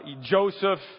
Joseph